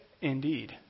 indeed